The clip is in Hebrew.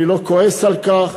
אני לא כועס על כך.